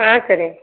ஆ சரிங்